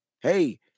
hey